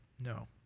No